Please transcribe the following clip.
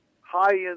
high-end